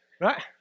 Right